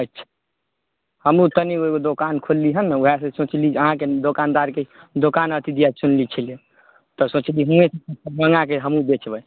अच्छा हमहुँ कनि एगो दोकान खोलली हन ने वएह से सोचली जे अहाँके दोकानदारके दोकान अथी दिया चुनले छियै तऽ सोचली हिये मँगाके हमहुँ बेचबै